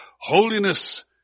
Holiness